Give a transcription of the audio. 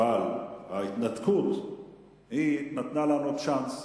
אבל ההתנתקות נתנה לנו צ'אנס.